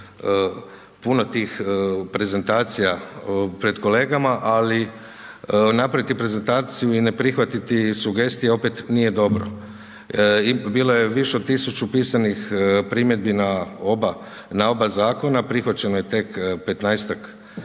puno tih prezentacija pred kolegama, ali napraviti prezentaciju i ne prihvatiti sugestije opet nije dobro. Bilo je više tisuću pisanih primjedbi na oba zakona, prihvaćeno je tek